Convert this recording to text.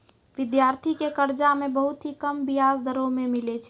विद्यार्थी के कर्जा मे बहुत ही कम बियाज दरों मे मिलै छै